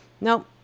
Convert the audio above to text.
Nope